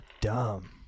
dumb